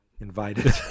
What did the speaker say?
invited